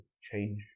change